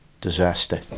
disaster